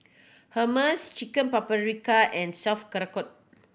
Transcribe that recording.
Hummus Chicken Paprika and